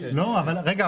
רגע,